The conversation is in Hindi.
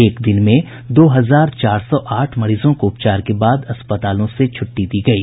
एक दिन में दो हजार चार सौ आठ मरीजों को उपचार के बाद अस्पतालों से छुट्टी दी गयी